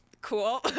cool